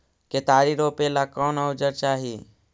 केतारी रोपेला कौन औजर चाही?